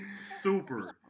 super